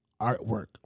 artwork